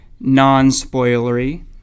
non-spoilery